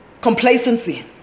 Complacency